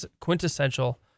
quintessential